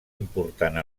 important